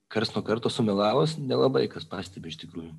karts nuo karto sumelavus nelabai kas pastebi iš tikrųjų